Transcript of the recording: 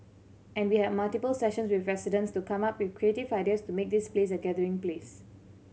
and we had multiple sessions with residents to come up with creative ideas to make this place a gathering place